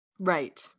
Right